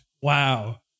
wow